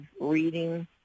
reading